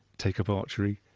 take up archery.